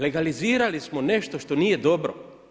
Legalizirali smo nešto što nije dobro.